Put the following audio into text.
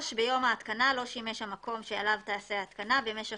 ביום ההתקנה לא שימש המקום שעליו תיעשה ההתקנה במשך